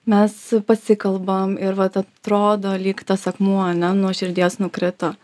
mes pasikalbam ir vat atrodo lyg tas akmuo nuo širdies nukrito